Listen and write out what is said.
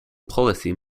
policy